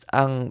ang